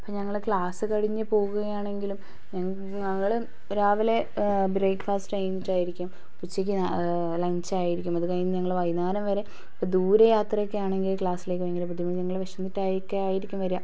ഇപ്പം ഞങ്ങൾ ക്ലാസ്സ് കഴിഞ്ഞ് പോകുകയാണെങ്കിലും ഞങ്ങൾ രാവിലെ ബ്രേക്ക്ഫാസ്റ്റ് കഴിഞ്ഞിട്ടായിരിക്കും ഉച്ചയ്ക്ക് ലഞ്ചായിരിക്കും അത് കഴിഞ്ഞ് ഞങ്ങൾ വൈകുന്നേരം വരെ ഇപ്പം ദൂരെ യാത്രയൊക്കെ ആണെങ്കിൽ ക്ലാസിലേക്കും ഭയങ്കര ബുദ്ധിമുട്ടാണ് ഞങ്ങൾ വിശന്നിട്ടൊക്കെ ആയിരിക്കും ആയിരിക്കും വരിക